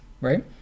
right